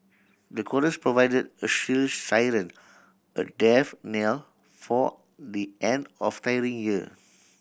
the chorus provided a shrill siren a death knell for the end of tiring year